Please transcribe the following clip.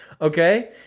okay